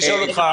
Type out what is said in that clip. אותך.